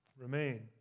remain